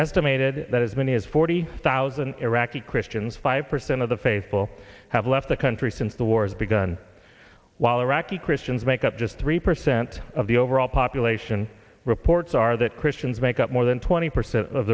estimated that as many as forty thousand iraqi christians five percent of the faithful have left the country since the war has begun while iraqi christians make up just three percent of the overall population reports are that christians make up more than twenty percent of